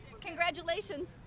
Congratulations